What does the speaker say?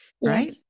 right